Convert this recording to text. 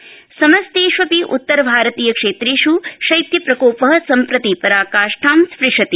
शीतबहरी समस्तेष्वपि उत्तर भारतीय क्षेत्रेष् शैत्य प्रकोप सम्प्रति परां काष्ठां स्पृशति